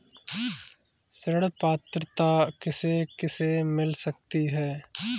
ऋण पात्रता किसे किसे मिल सकती है?